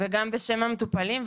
וגם בשם המטופלים.